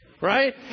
right